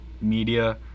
media